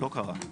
לא קרה,